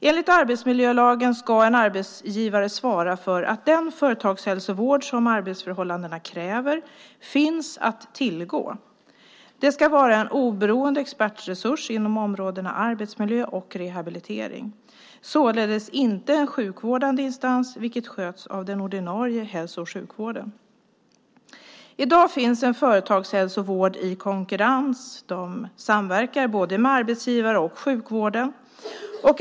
Enligt arbetsmiljölagen ska en arbetsgivare svara för att den företagshälsovård som arbetsförhållandena kräver finns att tillgå. Det ska vara en oberoende expertresurs inom områdena arbetsmiljö och rehabilitering, således inte en sjukvårdande insats, vilken sköts av den ordinarie hälso och sjukvården. I dag finns en företagshälsovård i konkurrens. De samverkar med både arbetsgivare och sjukvården.